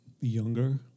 younger